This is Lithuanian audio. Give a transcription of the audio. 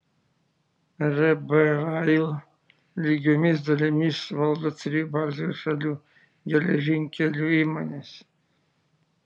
rb rail lygiomis dalimis valdo trijų baltijos šalių geležinkelių įmonės